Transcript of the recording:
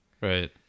Right